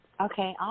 Okay